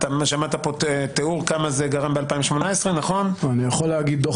שמעת פה תיאור מה היה ב-2018 -- אני יכול להגיד שדוח